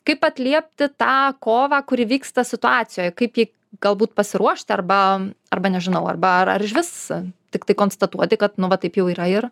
kaip atliepti tą kovą kuri vyksta situacijoje kaip jai galbūt pasiruošti arba arba nežinau arba ar išvis tiktai konstatuoti kad nu va taip jau yra ir